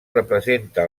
representa